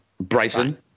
Bryson